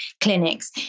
clinics